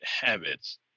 habits